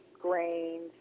grains